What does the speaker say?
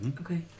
Okay